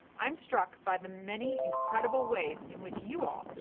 i'm struck by the many incredible ways in which you all,